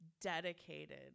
dedicated